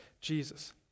Jesus